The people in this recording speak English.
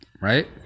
right